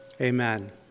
Amen